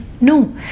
no